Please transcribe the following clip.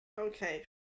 Okay